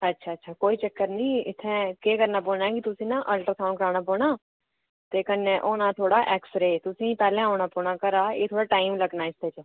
अच्छा अच्छा कोई चक्कर नेईं इत्थें केह् करना पौना नेईं तुसें अल्ट्रासाउंड कराना पौना ते कन्नै होना थुआढ़ा एक्स रे तुसें पैह्लें औना पौना घरा थोह्ड़ा टाइम लग्गना इस बिच्च